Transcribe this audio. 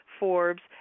Forbes